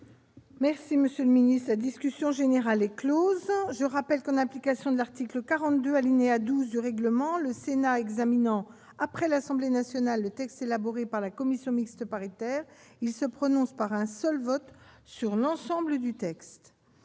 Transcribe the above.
les mêmes choses. La discussion générale est close. Je rappelle que, en application de l'article 42, alinéa 12, du règlement, le Sénat examinant après l'Assemblée nationale le texte élaboré par la commission mixte paritaire, il se prononce par un seul vote sur l'ensemble du texte,